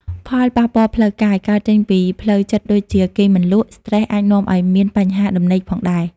ផលប៉ះពាល់ផ្លូវកាយ កើតចេញពីផ្លូវចិត្តដូចជា គេងមិនលក់ ស្ត្រេសអាចនាំឲ្យមានបញ្ហាដំណេកផងដែរ ។